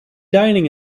dining